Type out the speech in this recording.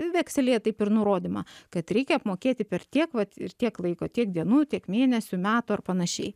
vekselyje taip ir nurodymą kad reikia apmokėti per tiek vat ir tiek laiko tiek dienų tiek mėnesių metų ar panašiai